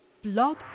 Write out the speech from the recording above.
Blog